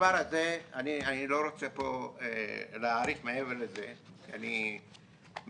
אני לא רוצה פה להאריך מעבר לזה, כי אני מאוד,